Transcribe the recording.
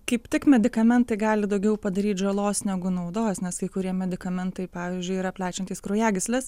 kaip tik medikamentai gali daugiau padaryt žalos negu naudos nes kai kurie medikamentai pavyzdžiui yra plečiantys kraujagysles